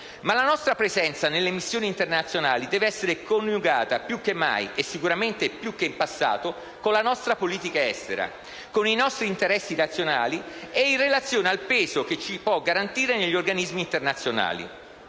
Ma la nostra presenza nelle missioni internazionali deve essere coniugata più che mai, e sicuramente più che in passato, con la nostra politica estera, con i nostri interessi nazionali e in relazione al peso che ci può garantire negli organismi internazionali.